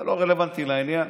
זה לא רלוונטי לעניין.